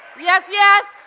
yes, yes?